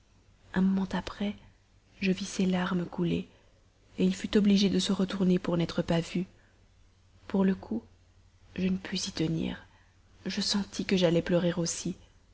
un moment après je vis ses larmes couler il fut obligé de se retourner pour n'être pas vu pour le coup je ne pus plus y tenir je sentis que j'allais pleurer aussi